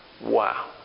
Wow